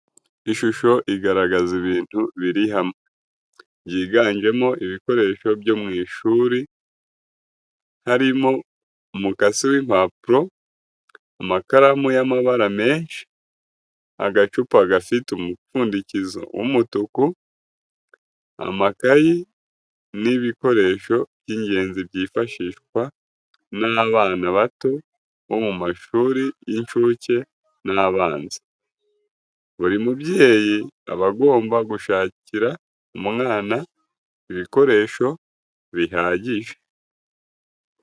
Ishusho igaragaza ibintu biri hamwe byiganjemo ibikoreso byomw'ishuriharimo umukasi w'impapuro, amakaramu y'amabara menshi, agacupa gafite umupfundikizo w'umutuku,n' amakayi ni ibikoresho by'ingenzi byifashishwa n'abana bato bo mu mashuri y'incuke n'abanza, buri mubyeyi aba agomba gusakira umwana ibikoresho bihagije.